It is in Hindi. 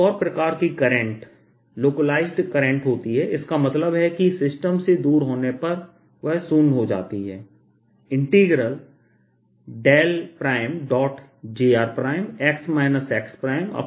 एक और प्रकार की करंट लोकलाइज्ड करंट होती हैं इसका मतलब है कि सिस्टम से दूर होने पर वह शून्य हो जाती हैं